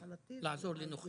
אני לא רוצה לעזור לנוכלים.